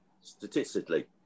Statistically